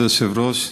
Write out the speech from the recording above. כבוד היושב-ראש,